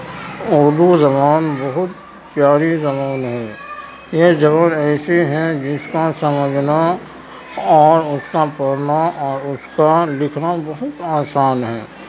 اردو زبان بہت پیاری زبان ہے یہ زبان ایسی ہیں جس کا سمجھنا اور اس کا پڑھنا اور اس کا لکھنا بہت آسان ہے